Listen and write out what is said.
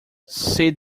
said